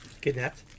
Kidnapped